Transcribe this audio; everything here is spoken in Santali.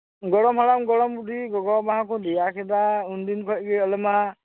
ᱜᱚᱲᱚᱢ ᱦᱟᱲᱟᱢ ᱜᱚᱲᱚᱢ ᱵᱩᱰᱷᱤ ᱜᱚᱜᱚ ᱵᱟᱵᱟ ᱦᱚᱸᱠᱚ ᱫᱮᱭᱟ ᱠᱮᱫᱟ ᱩᱱᱫᱤᱱ ᱠᱷᱚᱡ ᱜᱮ ᱟᱞᱮ ᱢᱟ